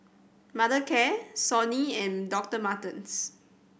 Mothercare Sony and Doctor Martens